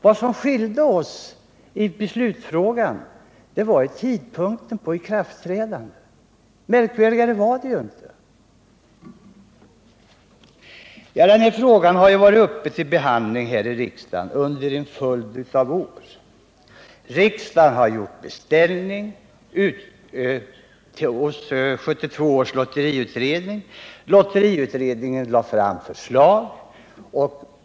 Det som skilde oss åt i beslutsfrågan var tidpunkten för ikraftträdandet, märkvärdigare var det inte. Den här frågan har varit uppe till behandling i riksdagen under en följd av år. Riksdagen gjorde en beställning till 1972 års lotteriutredning, och lotteriutredningen lade fram förslag.